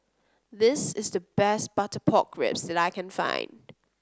this is the best Butter Pork Ribs that I can find